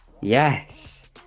Yes